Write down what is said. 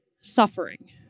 Suffering